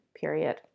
period